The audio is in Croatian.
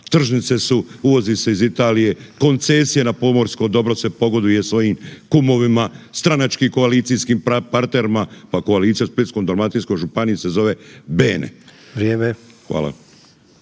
tržnice su, uvozi se iz Italije, koncesije na pomorsko dobro se pogoduje svojim kumovima, stranačkim koalicijskim partnerima, pa koalicija u Splitsko-dalmatinskoj županiji se zove Bene.